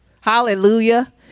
Hallelujah